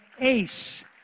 ACE